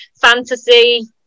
fantasy